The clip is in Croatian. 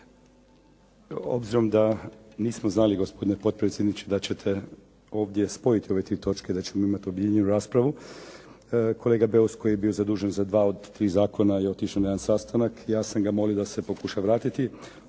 Obzirom da nismo znali gospodine potpredsjedniče da ćete ovdje spojiti ove tri točke, da ćemo imati objedinjenu raspravu kolega Beus koji je bio zadužen za dva od tri zakona je otišao na jedan sastanak i ja sam ga molio da se pokuša vratiti.